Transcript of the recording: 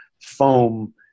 foam